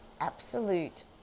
absolute